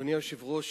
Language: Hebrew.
אדוני היושב-ראש,